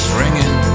ringing